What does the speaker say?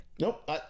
Nope